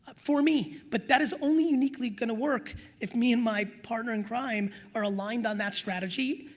for me. but that is only uniquely gonna work if me and my partner in crime are aligned on that strategy,